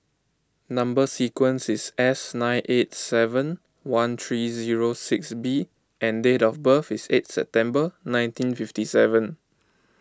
Number Sequence is S nine eight seven one three zero six B and date of birth is eight September one ning five seven